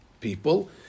people